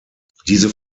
diese